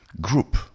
group